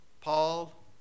Paul